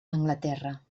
anglaterra